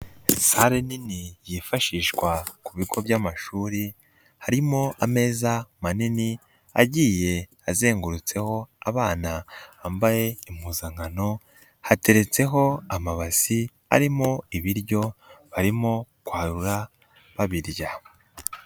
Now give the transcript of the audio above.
Sale nini yifashishwa ku bigo by'amashuri, harimo ameza manini agiye azengurutseho abana bambaye impuzankano, hateretseho amabasi arimo ibiryo barimo kwarura babirya.